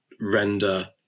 render